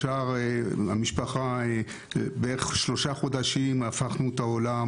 המשפחה שלושה חודשים הפכנו את העולם.